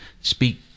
speak